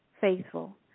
faithful